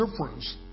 difference